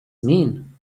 mean